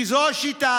כי זו השיטה: